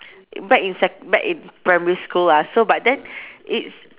back in sec~ back in primary school lah so but then it's